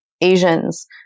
Asians